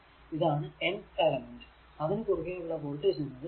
ഇതാണ് n th element അതിനു കുറുകെ ഉള്ള വോൾടേജ് എന്നത് ഇതാണ്